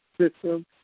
system